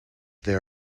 there